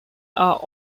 are